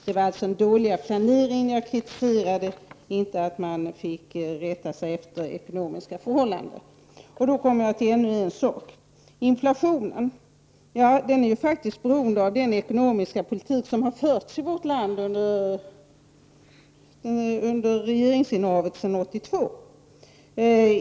Det var alltså den dåliga planeringen jag kritiserade — inte att man fick rätta sig efter ekonomiska förhållanden. Jag kommer då till ännu en sak: inflationen. Den beror faktiskt på den ekonomiska politik som har förts i vårt land under socialdemokraternas regeringsinnehav sedan 1982.